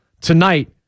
tonight